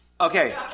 Okay